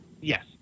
Yes